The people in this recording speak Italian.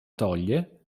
toglie